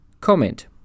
Comment